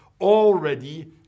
already